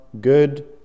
good